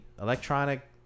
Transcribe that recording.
Electronic